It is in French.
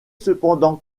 cependant